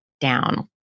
down